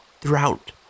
throughout